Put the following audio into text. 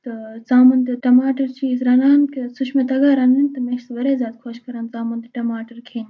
تہٕ ژامَن تہٕ ٹَماٹر چھِ أسۍ رَنان کہِ سُہ چھُ مےٚ تَگان رَنُن تہٕ مےٚ چھِ سۅ واریاہ زیادٕ خۄش کَران ژامَن تہٕ ٹَماٹر کھیٚنۍ